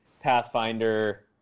Pathfinder